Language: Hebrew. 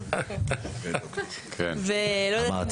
כן, אמרתי את זה.